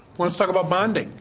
let's talk about bonding,